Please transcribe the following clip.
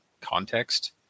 context